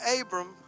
Abram